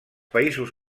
països